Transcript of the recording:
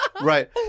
Right